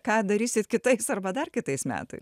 ką darysit kitais arba dar kitais metais